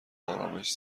ارامش